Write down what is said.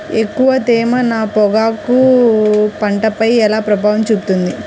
ఎక్కువ తేమ నా పొగాకు పంటపై ఎలా ప్రభావం చూపుతుంది?